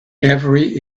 every